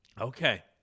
Okay